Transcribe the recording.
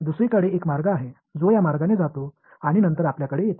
दुसरीकडे एक मार्ग आहे जो या मार्गाने जातो आणि नंतर आपल्याकडे येतो